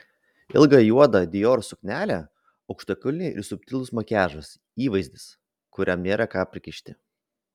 ilga juoda dior suknelė aukštakulniai ir subtilus makiažas įvaizdis kuriam nėra ką prikišti